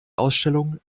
ausstellung